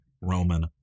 Roman